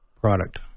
product